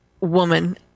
woman